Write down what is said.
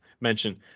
mention